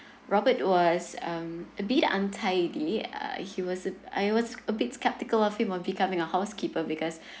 robert was um a bit untidy uh he was I was a bit skeptical of him of becoming a housekeeper because